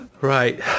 Right